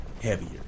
heavier